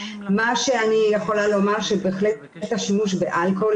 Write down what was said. מה שאני יכולה לומר שבהחלט היקף השימוש באלכוהול,